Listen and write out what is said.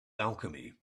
alchemy